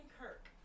Kirk